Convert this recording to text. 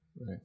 right